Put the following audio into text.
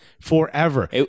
forever